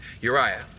Uriah